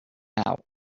out